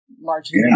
largely